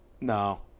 No